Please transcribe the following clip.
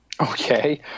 Okay